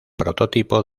prototipo